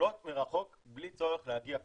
פעולות מרחוק בלי צורך להגיע פיזית.